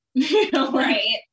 right